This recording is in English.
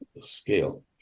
scale